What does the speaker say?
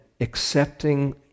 accepting